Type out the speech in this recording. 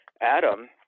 Adam